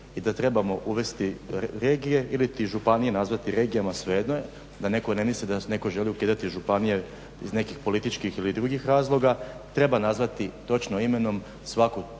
i da trebamo uvesti regije iliti županije nazvati regijama, svejedno je, da netko ne misli da od nas netko želi ukidati županije iz nekih političkih ili drugih razloga, treba nazvati točno imenom svaku